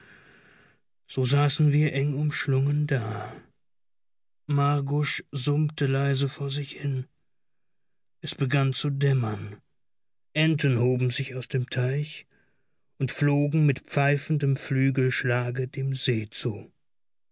so saßen wir eng umschlungen da margusch summte leise vor sich hin es begann zu dämmern enten hoben sich aus dem teich und flogen mit pfeifendem flügelschlage dem see zu